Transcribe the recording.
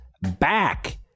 back